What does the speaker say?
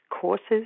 courses